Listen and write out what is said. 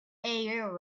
air